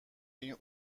این